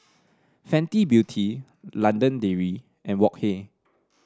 Fenty Beauty London Dairy and Wok Hey